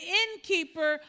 innkeeper